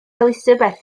elizabeth